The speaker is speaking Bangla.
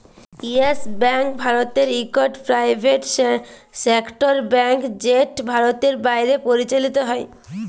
ইয়েস ব্যাংক ভারতের ইকট পেরাইভেট সেক্টর ব্যাংক যেট সরকারের বাইরে পরিচালিত হ্যয়